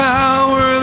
power